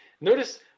Notice